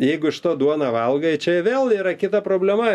jeigu iš to duoną valgai čia vėl yra kita problema